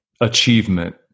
achievement